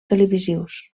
televisius